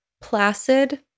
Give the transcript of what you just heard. placid